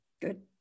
Good